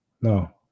No